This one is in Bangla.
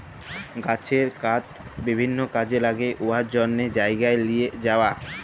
গাহাচের কাঠ বিভিল্ল্য কাজে ল্যাগে উয়ার জ্যনহে জায়গায় লিঁয়ে যাউয়া